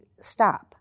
stop